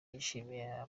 yishimiye